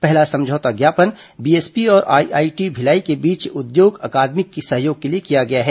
पहला समझौता ज्ञापन बीएसपी और आईआईटी भिलाई के बीच उद्योग आकादमी सहयोग के लिए किया गया है